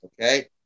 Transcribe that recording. okay